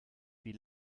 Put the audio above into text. wie